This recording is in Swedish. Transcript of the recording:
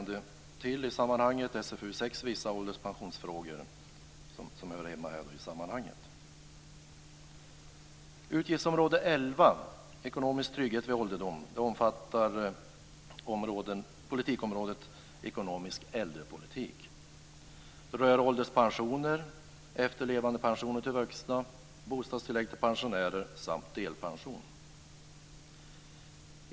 Det finns också ett annat betänkande, och det är 2000/01:SfU6 angående Vissa ålderspensionsfrågor, m.m., som hör hemma i sammanhanget.